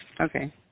okay